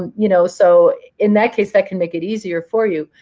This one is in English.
and you know so in that case, that can make it easier for you.